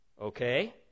Okay